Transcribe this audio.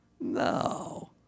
No